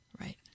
Right